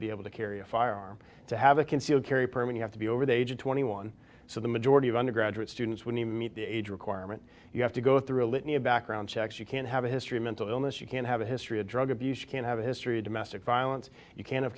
be able to carry a firearm to have a concealed carry permit you have to be over the age of twenty one so the majority of undergraduate students when you meet the age requirement you have to go through a litany background checks you can't have a history of mental illness you can't have a history of drug abuse you can't have a history of domestic violence you can't have